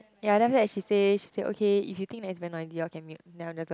ya then after that she say she say okay if you think that it's very noisy you call can mute then I'm just like